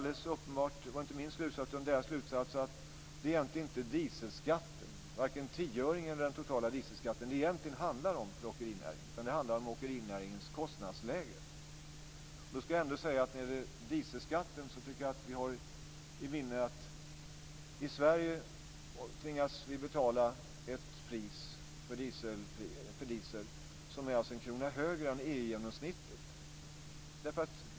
Det var inte min slutsats utan deras slutsats att det egentligen inte är dieselskatten - varken tioöringen eller den totala dieselskatten - det handlar om för åkerinäringen, utan åkerinäringens kostnadsläge. När det gäller dieselskatten ska vi ha i minne att vi i Sverige tvingas betala ett pris för diesel som är en krona högre än EU-genomsnittet.